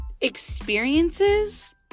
experiences